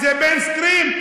זה מיינסטרים,